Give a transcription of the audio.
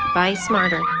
buy smarter.